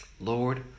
Lord